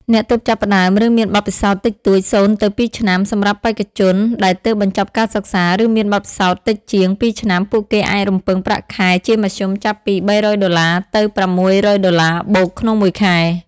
អ្នកទើបចាប់ផ្តើម ឬមានបទពិសោធន៍តិចតួច (0ទៅ2 ឆ្នាំ) សម្រាប់បេក្ខជនដែលទើបបញ្ចប់ការសិក្សា ឬមានបទពិសោធន៍តិចជាង ២ ឆ្នាំ ពួកគេអាចរំពឹងប្រាក់ខែជាមធ្យមចាប់ពី $300 ទៅ $600+ ក្នុងមួយខែ។